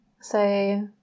say